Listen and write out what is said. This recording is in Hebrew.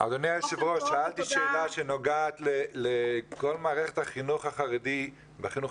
אדוני היו"ר אני שאלתי שאלה שנוגעת לכל מערכת החינוך החרדי בחינוך